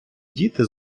діти